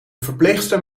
verpleegster